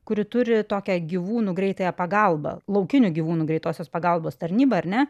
kuri turi tokią gyvūnų greitąją pagalbą laukinių gyvūnų greitosios pagalbos tarnyba ar ne